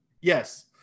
Yes